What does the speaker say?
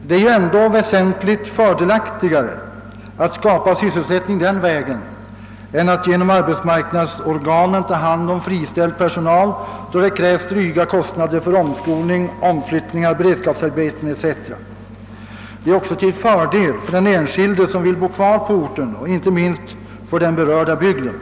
Det är ju ändå väsentligt fördelaktigare att skapa sysselsättning på denna väg än att genom arbetsmarknadsorganen ta hand om friställd personal, varvid dryga kostnader uppkommer för omskolning, omflyttningar, beredskapsarbeten etc. Detta är också till fördel för den enskilde som vill bo kvar på orten och inte minst för den berörda bygden.